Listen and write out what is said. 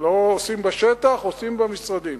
לא עושים בשטח, עושים במשרדים.